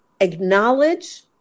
acknowledge